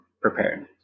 prepared